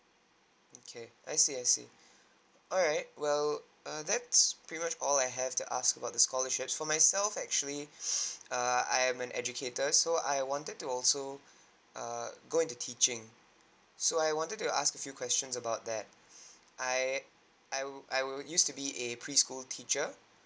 okay I see I see alright well err that's pretty much all I have to ask about the scholarships for myself actually err I'm an educator so I wanted to also err go into teaching so I wanted to ask a few questions about that I I will I will use to be a preschool teacher